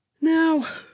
now